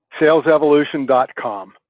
SalesEvolution.com